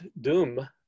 doom